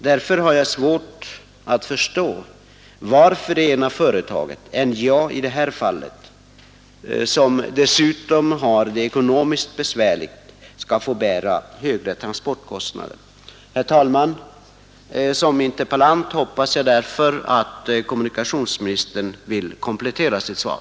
Därför har jag svårt att förstå varför det ena företaget — NJA, som dessutom har det ekonomiskt besvärligt — skall få bära högre transportkostnader. Herr talman! Som interpellant hoppas jag därför att kommunikationsministern vill komplettera sitt svar.